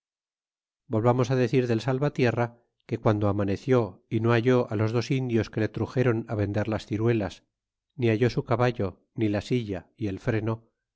volvamos decir del salvatierra que guando amaneció é no hallé á los dos indios que le truxeron á vender las ciruelas ni hallé su caballo ni la silla y el freno